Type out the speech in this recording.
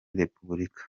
repubulika